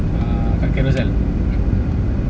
ah kat Carousell